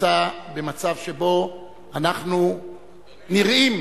נמצא במצב שבו אנחנו נראים,